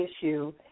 issue